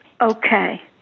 okay